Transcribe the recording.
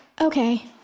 Okay